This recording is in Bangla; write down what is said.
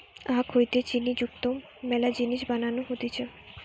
আখ হইতে চিনি যুক্ত মেলা জিনিস বানানো হতিছে